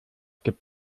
gibt